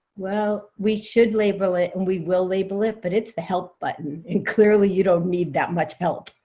well, we should label it, and we will label it, but it's the help button. and clearly, you don't need that much help.